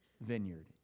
vineyard